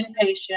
inpatient